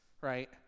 right